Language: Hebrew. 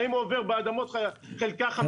האם הוא עובר באדמות של חלקה 53?